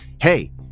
Hey